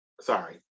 Sorry